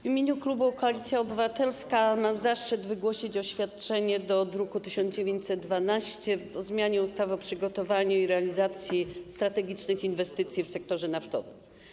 W imieniu klubu Koalicja Obywatelska mam zaszczyt wygłosić oświadczenie odnośnie do druku nr 1912 - projektu ustawy o zmianie ustawy o przygotowaniu i realizacji strategicznych inwestycji w sektorze naftowym.